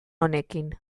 honekin